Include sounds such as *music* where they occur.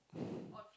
*breath*